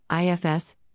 IFS